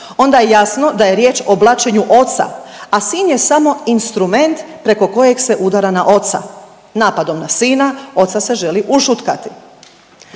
onda je jasno da je riječ o blaćenju oca, a sin je samo instrument preko kojeg se udara na oca, napadom na sina oca se želi ušutkati.